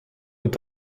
est